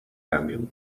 ramię